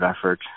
effort